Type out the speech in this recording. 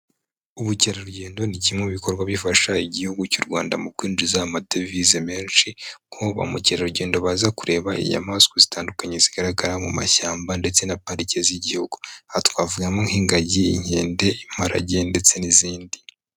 Ubukerarugendo ni kimwe mu bikorwa bifasha igihugu cy'u Rwanda mu kwinjiza amadevize menshi, ko ba mukerarugendo baza kureba inyamaswa zitandukanye zigaragara mu mashyamba ndetse na parike z'igihugu, aha twavugamo nk'ingagi, inkende, imparage ndetse n'izindi.